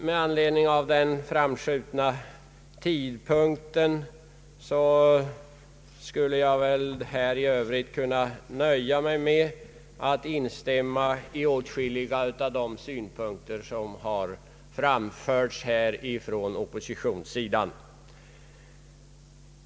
Med hänsyn till den begränsade tiden skulle jag väl i övrigt kunna nöja mig med att instämma i åtskilliga av de synpunkter som har framförts av oppositionen.